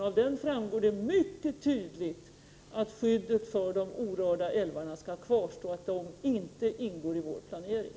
Av den framgår mycket tydligt att skyddet för de orörda älvarna skall kvarstå, att de inte ingår i vår planering.